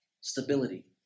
stability